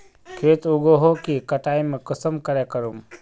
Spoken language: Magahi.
खेत उगोहो के कटाई में कुंसम करे करूम?